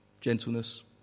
gentleness